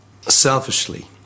selfishly